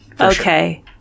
Okay